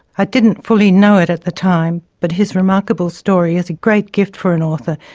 i didn't fully know it at the time, but his remarkable story is a great gift for an author,